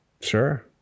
Sure